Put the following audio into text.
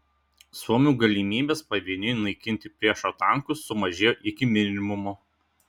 suomių galimybės pavieniui naikinti priešo tankus sumažėjo iki minimumo